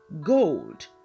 gold